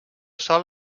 sol